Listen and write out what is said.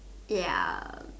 ya